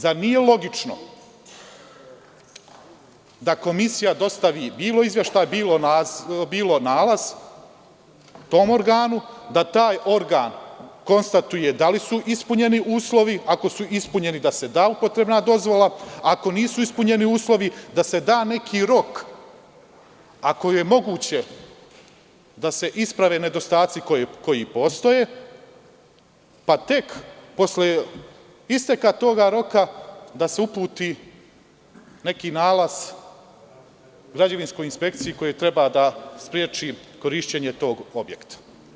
Zar nije logično da komisija dostavi bilo izveštaj, bilo nalaz tom organu, da taj organ konstatuje da li su ispunjeni uslovi, ako su ispunjeni da se da upotrebna dozvola, a ako nisu ispunjeni uslovi da se da neki rok, ako je moguće da se isprave nedostaci koji postoje pa tek posle isteka tog roka da se uputi neki nalaz građevinskoj inspekciji koji treba da spreči korišćenje tog objekta.